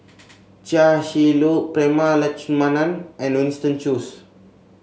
Chia Shi Lu Prema Letchumanan and Winston Choos